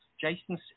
Jason